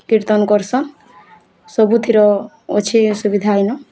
କୀର୍ତ୍ତନ୍ କରସନ୍ ସବୁଥିର ଅଛି ସୁବିଧା ଏନ